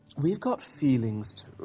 we've got feelings too!